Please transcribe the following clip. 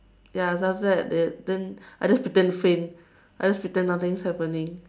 ya so after that then I just pretend faint I just pretend nothing is happening